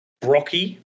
Brocky